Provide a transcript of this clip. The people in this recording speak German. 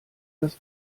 das